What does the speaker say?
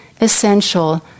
essential